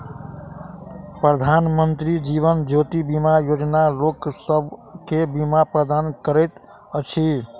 प्रधानमंत्री जीवन ज्योति बीमा योजना लोकसभ के बीमा प्रदान करैत अछि